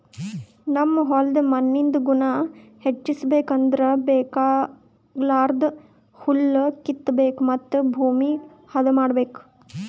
ನಮ್ ಹೋಲ್ದ್ ಮಣ್ಣಿಂದ್ ಗುಣ ಹೆಚಸ್ಬೇಕ್ ಅಂದ್ರ ಬೇಕಾಗಲಾರ್ದ್ ಹುಲ್ಲ ಕಿತ್ತಬೇಕ್ ಮತ್ತ್ ಭೂಮಿ ಹದ ಮಾಡ್ಬೇಕ್